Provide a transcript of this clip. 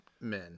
men